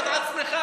ותברך את עצמך.